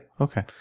Okay